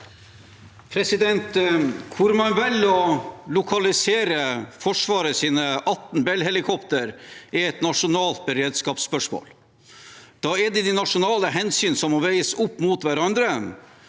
Hvor man velger å lo- kalisere Forsvarets 18 Bell-helikoptre, er et nasjonalt beredskapsspørsmål. Da er det de nasjonale hensyn som må veies opp mot hverandre.